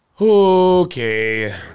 Okay